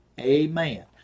Amen